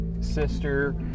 sister